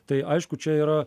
tai aišku čia yra